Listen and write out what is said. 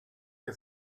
que